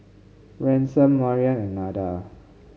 Ransom Maryann and Nada